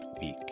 week